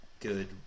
good